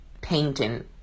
painting